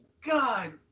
God